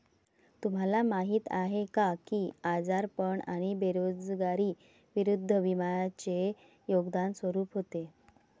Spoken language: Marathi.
तुम्हाला माहीत आहे का की आजारपण आणि बेरोजगारी विरुद्ध विम्याचे योगदान स्वरूप होते?